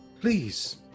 Please